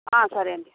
సరే అండి